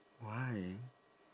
why